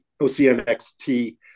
ocnxt